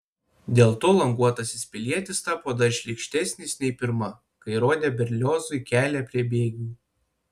dėl to languotasis pilietis tapo dar šlykštesnis nei pirma kai rodė berliozui kelią prie bėgių